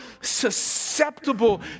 susceptible